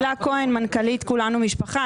מנכ"לית "כולנו משפחה".